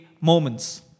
moments